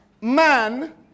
man